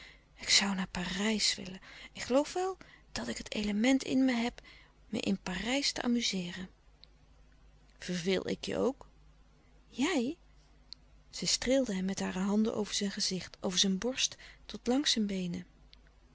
ik zoû naar parijs willen ik geloof wel dat ik het element in me heb me in parijs te amuzeeren verveel ik je ook jij zij streelde hem met hare handen over zijn gezicht over zijn borst tot langs zijn beenen